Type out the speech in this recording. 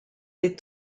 des